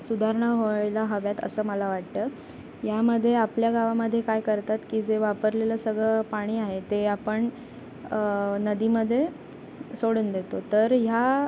सुधारणा व्हायला हव्यात असं मला वाटतं यामध्ये आपल्या गावामध्ये काय करतात की जे वापरलेलं सगळं पाणी आहे ते आपण नदीमध्ये सोडून देतो तर ह्या